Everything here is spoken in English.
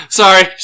sorry